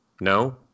No